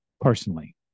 personally